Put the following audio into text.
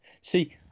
See